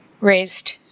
raised